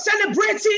celebrating